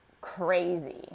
crazy